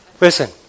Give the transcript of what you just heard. Listen